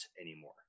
anymore